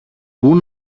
πού